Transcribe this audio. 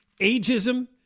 ageism